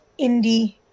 indie